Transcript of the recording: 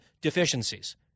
deficiencies